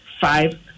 Five